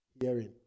hearing